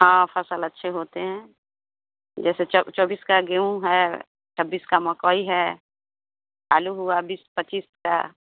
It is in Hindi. हाँ फसल अच्छे होते हैं जैसे चौबीस चौबीस का गेहूँ है छब्बीस का मकई है आलू हुआ बीस पच्चीस का